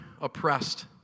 oppressed